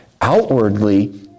Outwardly